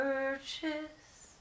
Purchase